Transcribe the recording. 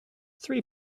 three